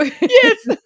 Yes